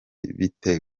bite